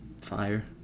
Fire